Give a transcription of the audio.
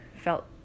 felt